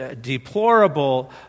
deplorable